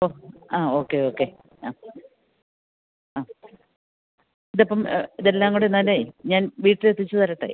ഓ ആ okay okay ആ ആ ഇതപ്പം ഇതെല്ലാം കൂടെ എന്നാലേ ഞാന് വീട്ടിലെത്തിച്ച് തരട്ടേ